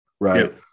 right